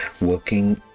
working